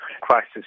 crisis